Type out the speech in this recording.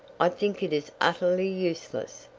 i think it is utterly useless.